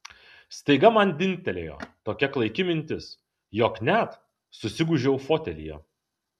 staiga man dingtelėjo tokia klaiki mintis jog net susigūžiau fotelyje